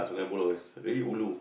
Sungei-Buloh is really ulu